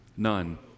None